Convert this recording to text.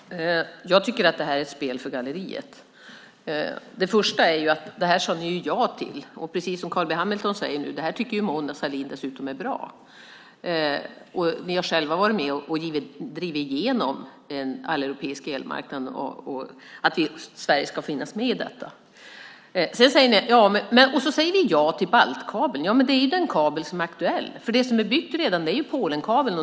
Herr talman! Jag tycker att det här är ett spel för galleriet. Ni sade ja till detta. Precis som Carl B Hamilton sade tycker Mona Sahlin dessutom att detta är bra. Ni har själva varit med och drivit igenom en alleuropeisk elmarknad och att Sverige ska finnas med på den. Ni säger ja till baltkabeln. Ja, det är den kabel som är aktuell. Polenkabeln är redan byggd.